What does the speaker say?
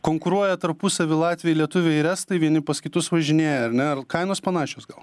konkuruoja tarpusavy latviai lietuviai ir estai vieni pas kitus važinėja ar ne ar kainos panašios gal